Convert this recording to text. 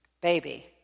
baby